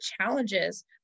challenges